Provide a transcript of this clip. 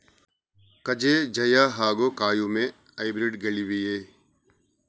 ಕಜೆ ಜಯ ಹಾಗೂ ಕಾಯಮೆ ಹೈಬ್ರಿಡ್ ಗಳಿವೆಯೇ?